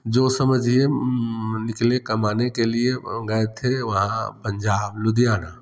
जो समझिए निकले कमाने के लिए गए थे वहाँ पंजाब लुधियाना